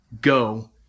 Go